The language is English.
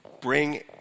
bring